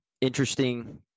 interesting